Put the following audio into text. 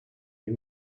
you